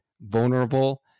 vulnerable